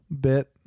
bit